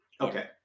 Okay